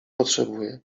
potrzebuję